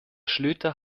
schlüter